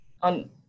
on